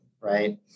right